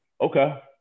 okay